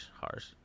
Harsh